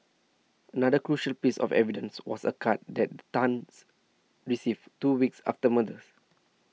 another crucial piece of evidence was a card that Tans received two weeks after murders